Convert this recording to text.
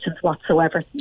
whatsoever